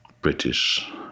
British